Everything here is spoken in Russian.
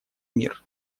мер